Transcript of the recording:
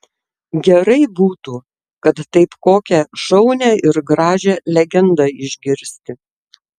gerai būtų kad taip kokią šaunią ir gražią legendą išgirsti